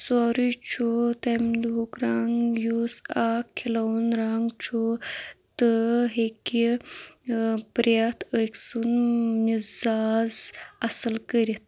سورے چھُ تمہِ دۄہُک رنٛگ یُس اکھ کھِلوُن رنٛگ چھُ تہٕ ہیٚکہِ پرٛٮ۪تھ أکۍ سُنٛد مزاز اصٕل کٔرِتھ